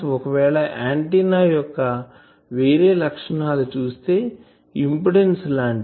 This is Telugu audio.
ఒకవేళ ఆంటిన్నా యొక్క వేరే లక్షణాలు చుస్తే గెయిన్ ఇంపిడెన్సు లాంటివి